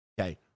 Okay